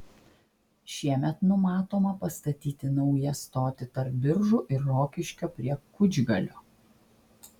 šiemet numatoma pastatyti naują stotį tarp biržų ir rokiškio prie kučgalio